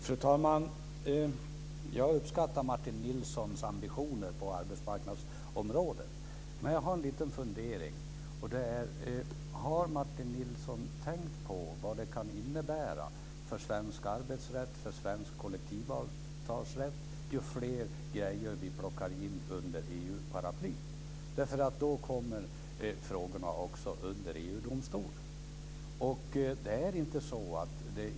Fru talman! Jag uppskattar Martin Nilssons ambitioner på arbetsmarknadsområdet. Man jag har en liten fundering. Har Martin Nilsson tänkt på vad det kan innebära för svensk arbetsrätt och för svensk kollektivavtalsrätt när vi plockar in fler grejer under EU-paraplyet? Då kommer ju frågorna också under EG-domstolen.